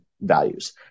values